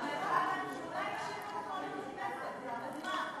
סגן השר, אם תשאל אותה שאלות, היא תענה.